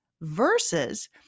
versus